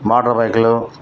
motor బైకులు